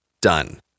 done